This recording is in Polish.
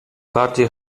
bardziej